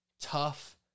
tough